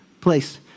place